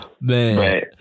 Man